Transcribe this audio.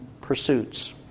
pursuits